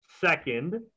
second